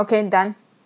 okay done